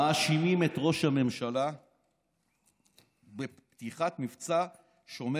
מאשימים את ראש הממשלה בפתיחת מבצע שומר